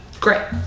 Great